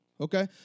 Okay